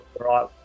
right